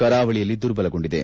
ಕರಾವಳಿಯಲ್ಲಿ ದುರ್ಬಲಗೊಂಡಿದೆ